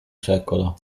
secolo